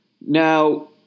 Now